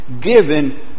given